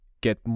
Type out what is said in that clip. get